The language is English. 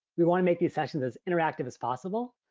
we wanna make these sessions as interactive as possible.